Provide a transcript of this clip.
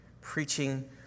preaching